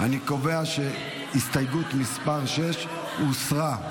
אני קובע שהסתייגות מס' 6 הוסרה.